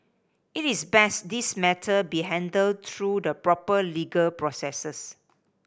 it is best this matter be handled through the proper legal processes